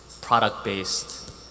product-based